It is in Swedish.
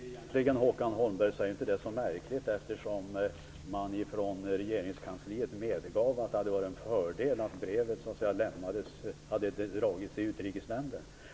Fru talman! Det är egentligen inte så märkligt, Håkan Holmberg, eftersom man från regeringskansliet medgav att det hade varit en fördel om brevet hade dragits i Utrikesnämnden.